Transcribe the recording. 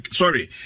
sorry